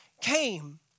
came